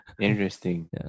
interesting